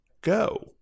Go